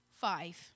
Five